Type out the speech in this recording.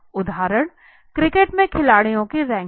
उदाहरण क्रिकेट में खिलाड़ियों की रैंकिंग